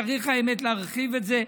האמת היא שצריך להרחיב את זה,